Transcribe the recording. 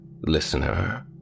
listener